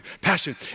passion